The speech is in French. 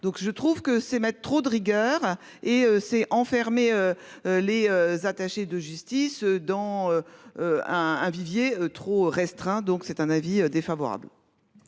Donc je trouve que c'est mettre trop de rigueur et s'est enfermé. Les attachés de justice dans. Un, un vivier trop restreint. Donc c'est un avis défavorable.